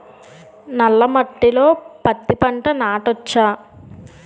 నల్ల మట్టిలో పత్తి పంట నాటచ్చా?